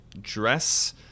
dress